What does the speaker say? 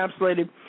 encapsulated